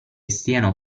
stiano